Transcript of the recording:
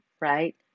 Right